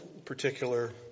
particular